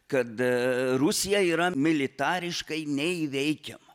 kad rusija yra militariškai neįveikiama